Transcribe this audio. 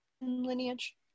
lineage